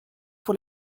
pour